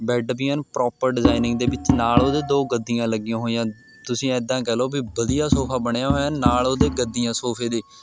bed ਵੀ ਐਨ proper designing ਦੇ ਵਿੱਚ ਨਾਲ ਉਹਦੇ ਦੋ ਗੱਦੀਆਂ ਲੱਗੀਆਂ ਹੋਈਆਂ ਤੁਸੀਂ ਇੱਦਾਂ ਕਹਿ ਲਉ ਵੀ ਵਧੀਆ ਸੋਫਾ ਬਣਿਆ ਹੋਇਆ ਨਾਲ਼ ਉਹਦੇ ਗੱਦੀਆਂ ਸੋਫੇ ਦੇ